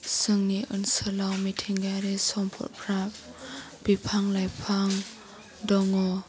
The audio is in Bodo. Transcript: जोंनि ओनसोलाव मिथिंगायारि सम्पदफ्रा बिफां लाइफां दङ